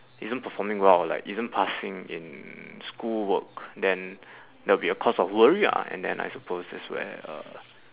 isn't performing well like isn't passing in school work then that'll be a cause of worry ah and then I suppose that's where uh